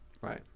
Right